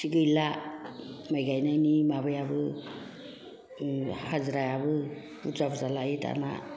थिग गैला माइ गायनायनि माबायाबो हाजिरायाबो बुर्जा बुर्जा लायो दाना